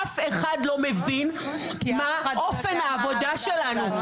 אף אחד לא מבין מה אופן העבודה הזאת.